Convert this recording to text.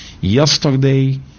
yesterday